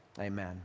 Amen